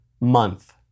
month